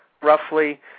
roughly